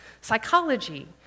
psychology